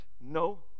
no